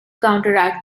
counteract